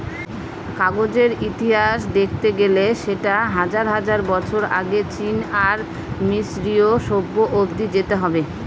কাগজের ইতিহাস দেখতে গেলে সেটা হাজার হাজার বছর আগে চীন আর মিসরীয় সভ্য অব্দি যেতে হবে